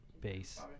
base